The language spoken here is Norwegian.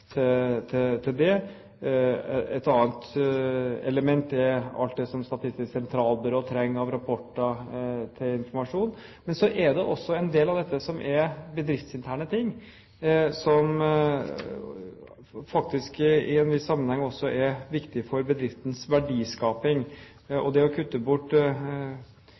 knyttet til dette. Et annet element er alt det som Statistisk sentralbyrå trenger av rapporter til informasjon. Så er det også en del av dette som er bedriftsinterne ting, som faktisk i en viss grad også er viktig for bedriftens verdiskaping. Det å ta bort